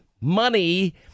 money